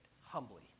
humbly